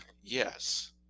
Yes